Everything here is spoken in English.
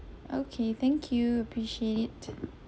okay thank you appreciate it